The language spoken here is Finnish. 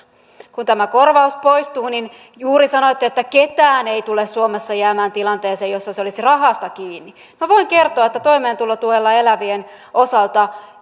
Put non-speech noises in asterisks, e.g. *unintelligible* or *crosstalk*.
kun tämä korvaus poistuu niin juuri sanoitte että kukaan ei tule suomessa jäämään tilanteeseen jossa se olisi rahasta kiinni minä voin kertoa että toimeentulotuella elävien osalta *unintelligible*